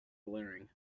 blaring